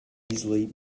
easily